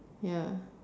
ya